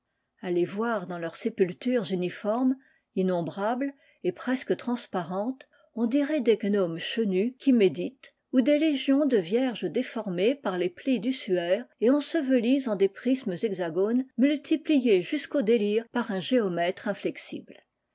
les voir dans leurs sépultures uniformes innombrables et presque transparentes on dirait des gnomes chenus qui méditent ou des légions de vierges déformées par les plis du suaire et ensevelies en des prismes hexagones multipliés jusqu'au délire par un géomètre inflexible